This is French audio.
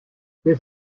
qu’est